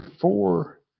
four